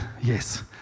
Yes